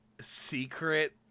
secret